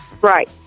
Right